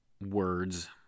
words